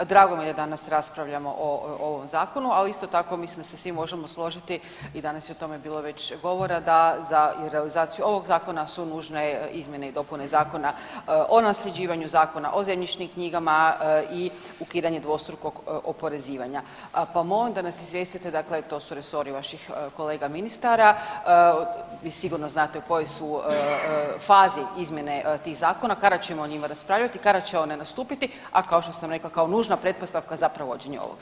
Drago mi je da danas raspravljamo o ovom zakonu, ali isto tako mislim da se svi možemo složiti i danas je o tome bilo već govora da za i realizaciju ovog zakona su nužne izmjene i dopune Zakona o nasljeđivanju, Zakona o zemljišnim knjigama i ukidanje dvostrukog oporezivanja, pa molim da nas izvijestite, dakle to su resori vaših kolega ministara, vi sigurno znate u kojoj su fazi izmjene tih zakona, kada ćemo o njima raspravljati, kada će one nastupiti, a kao što sam rekla kao nužna pretpostavka za provođenje ovog zakona.